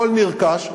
הכול נרכש.